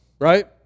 Right